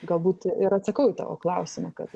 galbūt ir atsakau į tavo klausimą kad